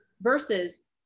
versus